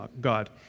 God